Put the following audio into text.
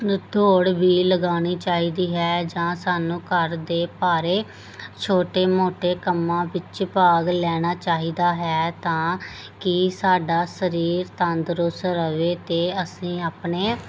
ਦੌੜ ਵੀ ਲਗਾਉਣੀ ਚਾਹੀਦੀ ਹੈ ਜਾਂ ਸਾਨੂੰ ਘਰ ਦੇ ਭਾਰੇ ਛੋਟੇ ਮੋਟੇ ਕੰਮਾਂ ਵਿੱਚ ਭਾਗ ਲੈਣਾ ਚਾਹੀਦਾ ਹੈ ਤਾਂ ਕਿ ਸਾਡਾ ਸਰੀਰ ਤੰਦਰੁਸਤ ਰਹੇ ਅਤੇ ਅਸੀਂ ਆਪਣੇ